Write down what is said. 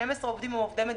12 עובדים הם עובדי מדינה,